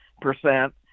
percent